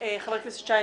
חבר הכנסת שי,